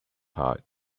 heart